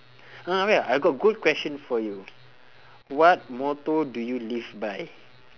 uh wait ah I got good question for you what motto do you live by